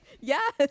Yes